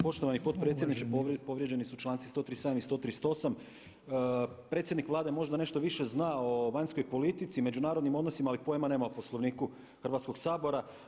Poštovani potpredsjedniče povrijeđeni su članci 137. i 138., predsjednik Vlade možda nešto više zna o vanjskoj politici, međunarodnim odnosima ali pojma nema o Poslovniku Hrvatskoga sabora.